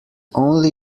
only